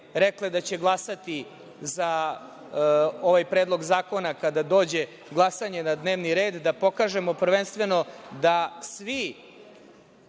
da će glasati za ovaj Predlog zakona kada dođe glasanje na dnevni red, da pokažemo prvenstveno da svi